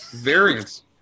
Variance